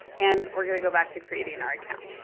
and we're gonna go back to creating our account.